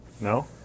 No